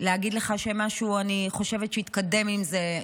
להגיד לך שאני חושבת שמשהו יתקדם עם זה?